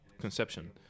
conception